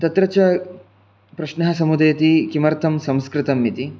तत्र च प्रश्नः समुदेति किमर्थं संस्कृतम् इति